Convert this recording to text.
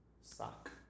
Sock